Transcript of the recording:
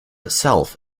itself